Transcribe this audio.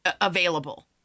available